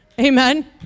Amen